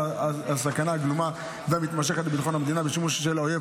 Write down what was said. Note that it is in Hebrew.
על הסכנה הגלומה והמתמשכת לביטחון המדינה בשימוש של האויב